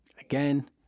again